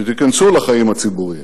שתיכנסו לחיים הציבוריים,